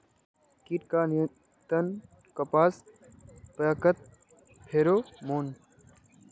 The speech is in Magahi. कीट का नियंत्रण कपास पयाकत फेरोमोन?